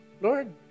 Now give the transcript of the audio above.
Lord